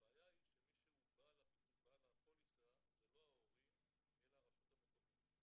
הבעיה היא שמי שהוא בעל הפוליסה זה לא ההורים אלא הרשות המקומית.